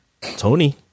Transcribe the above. Tony